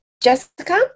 Jessica